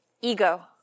ego